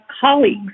colleagues